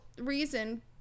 reason